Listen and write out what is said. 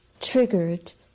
triggered